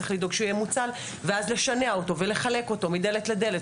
צריך לדאוג שיהיה מוצל ואז לשנע אותו ולחלק אותו מדלת לדלת,